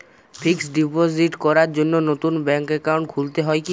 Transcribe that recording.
Fix deposit করার জন্য নতুন অ্যাকাউন্ট খুলতে হয় কী?